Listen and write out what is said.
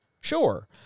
Sure